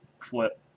Flip